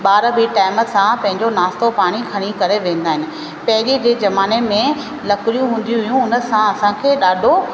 ॿार बि टाईम सां पंहिंजो नास्तो पाणी खणी करे वेंदा आहिनि पहिरियूं जे ज़माने में लकड़ियूं हूंदियूं हुयूं उन सां असांखे ॾाढो